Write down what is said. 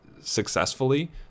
successfully